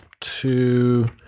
two